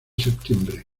septiembre